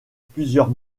plusieurs